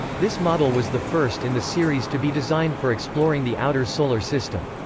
this model was the first in the series to be designed for exploring the outer solar system.